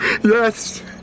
Yes